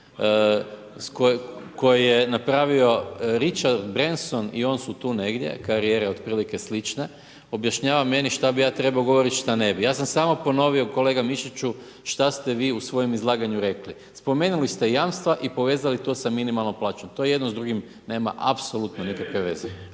koji je napravio Richard Branson i oni su tu negdje, karijere otprilike slične, objašnjava meni šta bi ja trebao govoriti, šta ne bi. Ja sam samo ponovio kolega Mišiću, šta ste vi u svojem izlaganju rekli. Spomenuli ste jamstva i povezali to sa minimalnom plaćom, to jedno s drugim nema apsolutno nikakve veze.